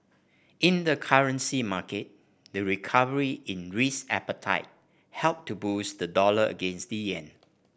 in the currency market the recovery in risk appetite helped to boost the dollar against the yen